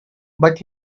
but